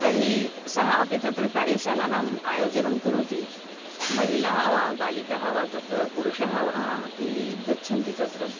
तर्हि सः अपि तत्र कार्यशालानाम् आयोजनं करोति महिलाः वा बालिकाः वा तत्र पुरुषः वा अपि गच्छन्ति तत्र